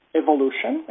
evolution